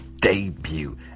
debut